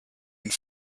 and